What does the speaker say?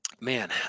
man